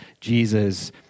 Jesus